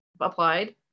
applied